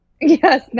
Yes